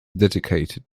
dedicated